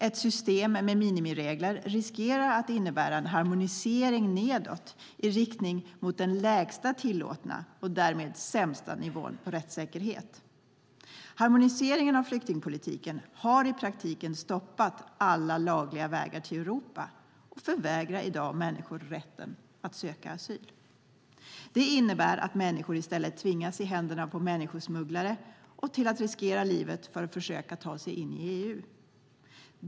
Ett system med minimiregler riskerar att innebära en harmonisering nedåt i riktning mot den lägsta tillåtna och därmed sämsta nivån på rättssäkerheten. Harmoniseringen av flyktingpolitiken har i praktiken stoppat alla lagliga vägar till Europa och förvägrar i dag människor rätten att söka asyl. Det innebär att människor i stället tvingas i händerna på människosmugglare och tvingas riskera livet för att försöka ta sig in i EU.